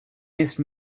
missed